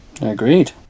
Agreed